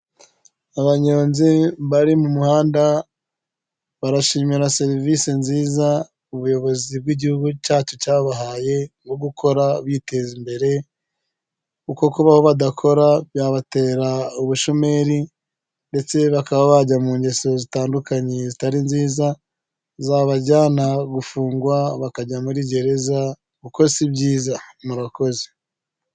Abanyonzi bari mu muhanda barashimira serivisi nziza ubuyobozi bw'igihugu cyacu cyabahaye nko gukora biteza imbere, kuko kubaho badakora byabatera ubushomeri ndetse bakaba bajya mu ngeso zitandukanye zitari nziza, zabajyana gufungwa bakajya muri gereza kuko si byiza. Murakoze